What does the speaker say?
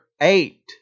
eight